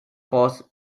force